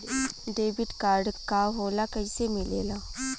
Debit card का होला कैसे मिलेला?